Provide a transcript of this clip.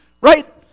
Right